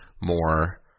More